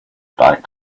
back